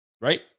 right